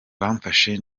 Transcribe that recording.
bamfashe